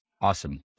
Awesome